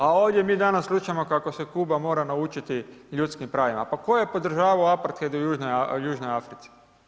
A ovdje mi danas slušamo kako se Kuba mora naučiti ljudskim pravima, pa tko je podržavao Aparted u Južnoj Africi?